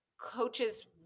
coaches